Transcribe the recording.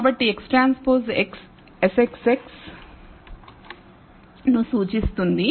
కాబట్టి XTX SXX ను సూచిస్తుంది